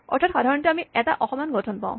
অৰ্থাৎ সাধাৰণতে আমি এটা অসমান গঠন পাওঁ